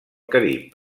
carib